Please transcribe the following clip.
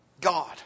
God